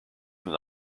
from